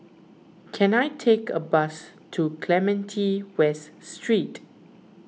can I take a bus to Clementi West Street